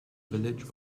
village